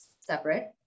separate